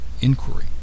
inquiry